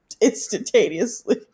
instantaneously